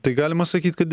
tai galima sakyt kad